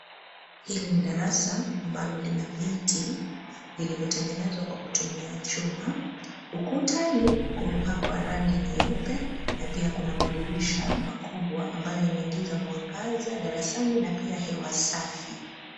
Hili ni darasa ambalo lina viti, vilivyo tengenezwa kwa kutumia chuma, ukutani kumepakwa rangi nyeupe na pia kuna madirisha makubwa ambayo yanaingiza mwangaza darasani na pia hewa safi.